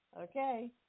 Okay